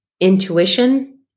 intuition